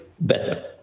better